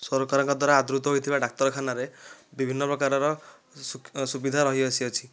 ସରକାରଙ୍କ ଦ୍ୱାରା ଆଦୃତ ହୋଇଥିବା ଡାକ୍ତରଖାନାରେ ବିଭିନ୍ନ ପ୍ରକାରର ସୁବିଧା ରହି ଆସିଅଛି